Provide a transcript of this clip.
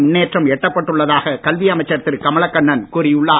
முன்னேற்றம் எட்டப்பட்டுள்ளதாக கல்வி அமைச்சர் திரு கமலக்கண்ணன் கூறி உள்ளார்